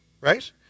right